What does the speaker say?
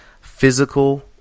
physical